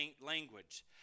language